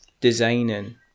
designing